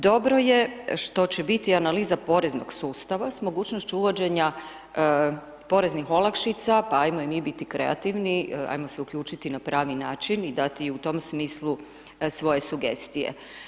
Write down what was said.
Dobro je što će biti analiza poreznog sustava s mogućnošću uvođenja poreznih olakšica, pa ajmo i mi biti kreativni, ajmo se uključiti na pravi način i dati u tom smislu svoje sugestije.